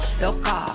loca